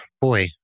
boy